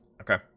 Okay